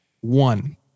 one